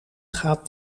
gaat